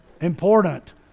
important